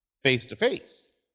face-to-face